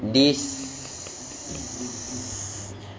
this